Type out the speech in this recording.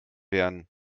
werden